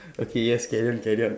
okay yes carry on carry on